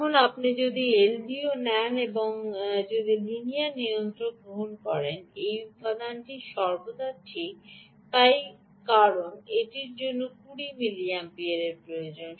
এখন আপনি যদি এলডিও নেন তবে আপনি লিনিয়ার নিয়ন্ত্রক গ্রহণ করেন এই উপাদানটি সর্বদা ঠিক তাই কারণ এটির জন্য 20 মিলিঅ্যাম্পিয়ার প্রয়োজন